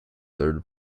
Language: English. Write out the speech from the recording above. third